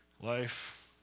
Life